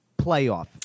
Playoff